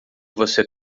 você